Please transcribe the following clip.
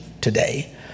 today